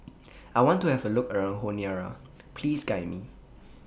I want to Have A Look around Honiara Please Guide Me